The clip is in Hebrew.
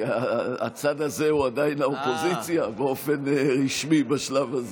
כי הצד הזה הוא עדיין האופוזיציה באופן רשמי בשלב הזה.